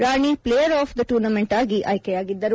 Rani player of the tournament ಆಗಿ ಆಯ್ಲೆಯಾಗಿದ್ದರು